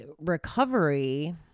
recovery